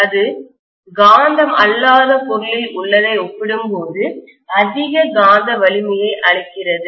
இது காந்தம் அல்லாத பொருளில் உள்ளதை ஒப்பிடும்போது அதிக காந்த வலிமையை அளிக்கிறது